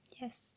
Yes